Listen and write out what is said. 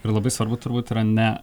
ir labai svarbu turbūt yra ne